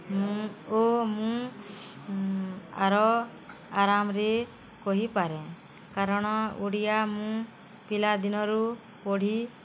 ମୁଁ ଓ ମୁଁ ଆରାମରେ କହିପାରେ କାରଣ ଓଡ଼ିଆ ମୁଁ ପିଲାଦିନରୁ ପଢ଼ି